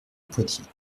poitiers